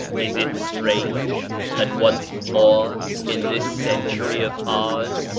is it strange that once more in this century of ours,